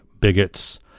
bigots